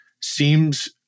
seems